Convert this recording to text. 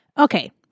Okay